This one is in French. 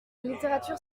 littérature